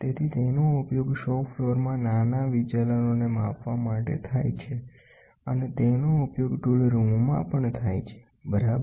તેથી તેનો ઉપયોગ શોપ ફલોરમાં નાના વિચલનોને માપવા માટે થાય છે અને તેનો ઉપયોગ ટૂલ રૂમમાં પણ થાય છે બરાબર